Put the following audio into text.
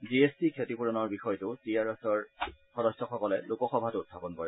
GST ক্ষতিপূৰণৰ বিষয়টো টিআৰএছৰ সদস্যসকলে লোকসভাতো উখাপন কৰে